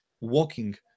walking